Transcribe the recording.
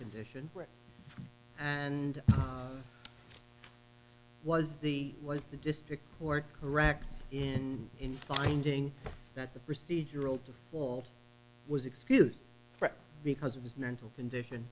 condition and was the was the district court correct in in finding that the procedural to fall was excused for because of his mental condition